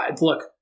Look